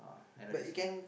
I know this one